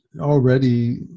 already